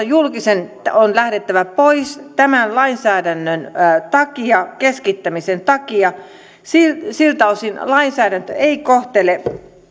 julkisen on lähdettävä pois tämän lainsäädännön takia keskittämisen takia siltä osin lainsäädäntö ei kohtele